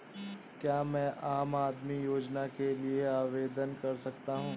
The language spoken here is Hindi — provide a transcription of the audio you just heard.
क्या मैं आम आदमी योजना के लिए आवेदन कर सकता हूँ?